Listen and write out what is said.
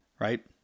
right